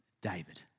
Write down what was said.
David